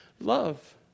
love